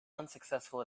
unsuccessful